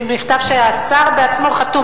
מכתב שהשר בעצמו חתום,